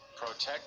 Protect